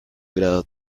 grado